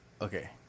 Okay